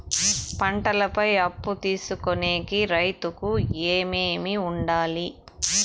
పంటల పై అప్పు తీసుకొనేకి రైతుకు ఏమేమి వుండాలి?